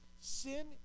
sin